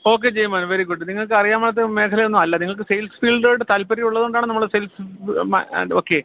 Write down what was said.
okay Jaimon very good നിങ്ങൾക്ക് അറിയാമാത്ത മേഖലയൊന്നുമല്ല നിങ്ങൾക്ക് സെയിൽസ് ഫീൽഡിലോട്ട് താൽപര്യം ഉള്ളതുകൊണ്ടാണ് നമ്മള് സെയിൽസ് ആൻഡ് ഓക്കെ